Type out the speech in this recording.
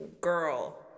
girl